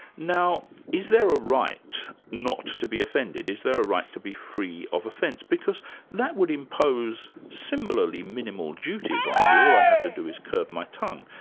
now is there a right not to be offended, is there a right to be free of offence? because that would impose similarly minimal duties on me, all i'd and have to do is curb my tongue,